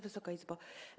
Wysoka Izbo!